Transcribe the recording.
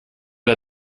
der